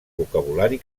vocabulari